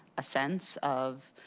a sense of,